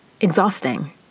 exhausting